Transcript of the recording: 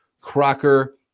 Crocker